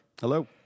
Hello